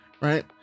right